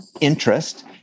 interest